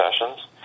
sessions